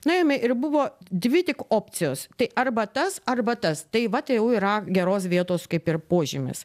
nuėjome ir buvo dvi tik opcijos tai arba tas arba tas tai va tai jau yra geros vietos kaip ir požymis